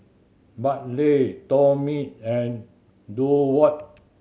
Bartley Tomie and Durward